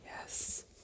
Yes